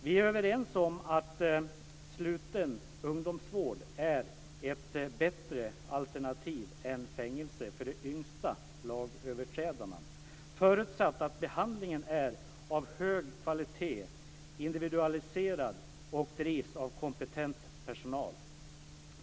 Vi är överens om att sluten ungdomsvård är ett bättre alternativ än fängelse för de yngsta lagöverträdarna, förutsatt att behandlingen är av hög kvalitet, individualiserad och drivs av kompetent personal.